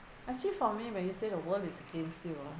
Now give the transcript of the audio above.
actually for me when you say the world is against you ah